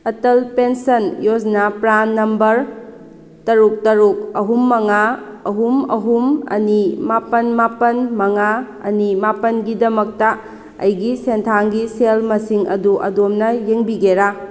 Atal pension Yojana PRAN number ꯇꯔꯨꯛ ꯇꯔꯨꯛ ꯑꯍꯨꯝ ꯃꯉꯥ ꯑꯍꯨꯝ ꯑꯍꯨꯝ ꯑꯅꯤ ꯃꯥꯄꯜ ꯃꯥꯄꯜ ꯃꯉꯥ ꯑꯅꯤ ꯃꯥꯄꯜꯒꯤꯗꯃꯛꯇ ꯑꯩꯒꯤ ꯁꯦꯟꯊꯥꯡꯒꯤ ꯁꯦꯜ ꯃꯁꯤꯡ ꯑꯗꯨ ꯑꯗꯣꯝꯅ ꯌꯦꯡꯕꯤꯒꯦꯔꯥ